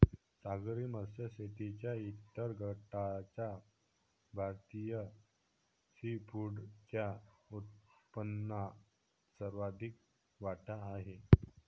सागरी मत्स्य शेतीच्या इतर गटाचा भारतीय सीफूडच्या उत्पन्नात सर्वाधिक वाटा आहे